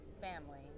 family